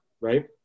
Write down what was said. right